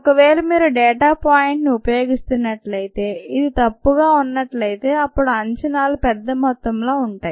ఒకవేళ మీరు డేటా పాయింట్ని ఉపయోగిస్తున్నట్లయితే ఇది తప్పుగా ఉన్నట్లయితే అప్పుడు అంచనాలు పెద్దమొత్తంలో ఉంటాయి